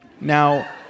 Now